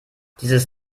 dieses